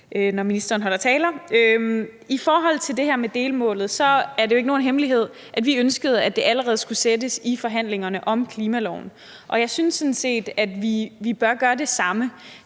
når han holder taler. I forhold til det her med delmålet er det jo ikke nogen hemmelighed, at vi ønskede, at det allerede skulle sættes under forhandlingerne om klimaloven, og jeg synes sådan set, at vi bør gøre det samme,